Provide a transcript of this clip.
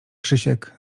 krzysiek